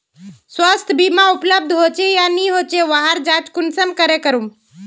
स्वास्थ्य बीमा उपलब्ध होचे या नी होचे वहार जाँच कुंसम करे करूम?